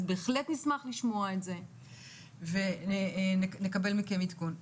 אז בהחלט נשמח לשמוע את זה ונקבל מכם עדכון,